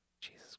Jesus